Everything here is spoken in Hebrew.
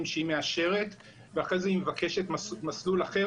שהיא מאשרת ואחרי זה היא מבקשת מסלול אחר,